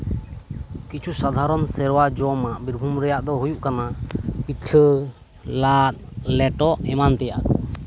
ᱠᱤᱪᱷᱩ ᱥᱟᱫᱷᱟᱨᱚᱱ ᱥᱮᱨᱣᱟ ᱡᱚᱢᱟᱜ ᱵᱤᱨᱵᱷᱩᱢ ᱨᱮᱭᱟᱜ ᱫᱚ ᱦᱩᱭᱩᱜ ᱠᱟᱱᱟ ᱯᱤᱴᱷᱟᱹ ᱞᱟᱫᱽ ᱞᱮᱴᱚ ᱮᱢᱟᱱ ᱛᱟᱭᱟᱜ